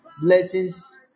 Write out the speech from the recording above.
blessings